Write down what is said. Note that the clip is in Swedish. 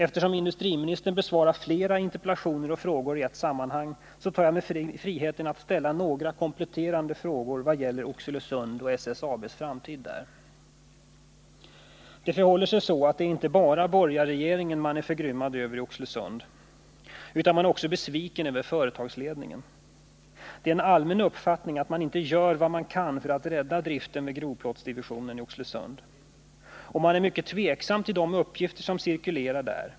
Eftersom industriministern besvarar flera interpellationer och frågor i ett sammanhang tar jag mig friheten att ställa några kompletterande frågor som gäller Oxelösund och SSAB:s framtid där. Det förhåller sig så, att det inte bara är den borgerliga regeringen man är förgrymmad över i Oxelösund, utan man är också besviken på företagsledningen. Det är en allmän uppfattning att den inte gör vad den kan för att rädda driften vid grovplåtsdivisionen i Oxelösund, och man är också tveksam till de uppgifter som cirkulerar där.